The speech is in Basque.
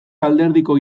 alderdiko